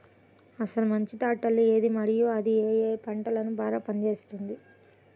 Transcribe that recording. అసలు మంచి ట్రాక్టర్ ఏది మరియు అది ఏ ఏ పంటలకు బాగా పని చేస్తుంది?